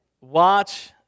Watch